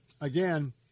again